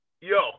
yo